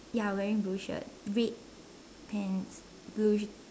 ya wearing blue shirt red pants blue sh~